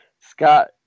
Scott